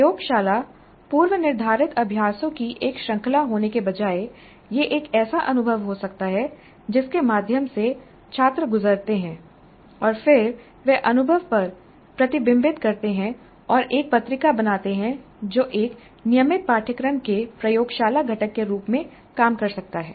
प्रयोगशाला पूर्वनिर्धारित अभ्यासों की एक श्रृंखला होने के बजाय यह एक ऐसा अनुभव हो सकता है जिसके माध्यम से छात्र गुजरते हैं और फिर वे अनुभव पर प्रतिबिंबित करते हैं और एक पत्रिका बनाते हैं जो एक नियमित पाठ्यक्रम के प्रयोगशाला घटक के रूप में काम कर सकता है